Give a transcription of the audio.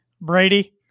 Brady